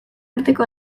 arteko